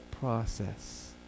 process